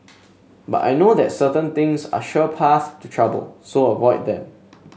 but I know that certain things are sure paths to trouble so avoid them